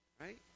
right